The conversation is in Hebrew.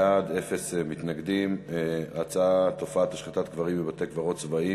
בעד, 9, אפס מתנגדים, אין נמנעים.